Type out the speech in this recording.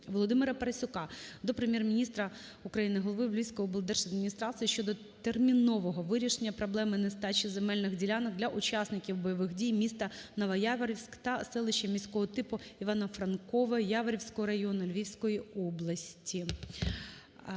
Володимира Парасюка до Прем'єр-міністра України, голови Львівської облдержадміністрації щодо термінового вирішення проблеми нестачі земельних ділянок для учасників бойових дій міста Новояворівськ та селища міського типу Івано-Франкове Яворівського району Львівської області.